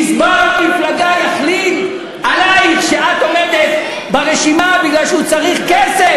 גזבר המפלגה החליט עלייך שאת עומדת ברשימה מפני שהוא צריך כסף,